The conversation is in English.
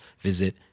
visit